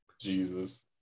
Jesus